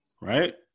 right